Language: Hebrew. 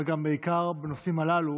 אבל בעיקר בנושאים הללו